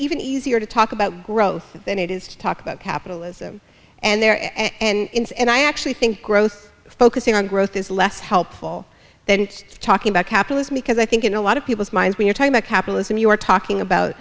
even easier to talk about growth than it is to talk about capitalism and there is and i actually think growth focusing on growth is less helpful then it's talking about capitalism because i think in a lot of people's minds when you talk about capitalism you're talking about